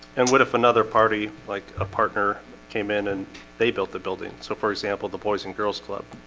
and what if another party like a partner came in and they built the building? so for example the boys and girls club,